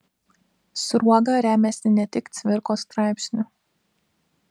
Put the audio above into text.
sruoga remiasi ne tik cvirkos straipsniu